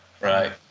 right